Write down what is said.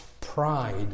Pride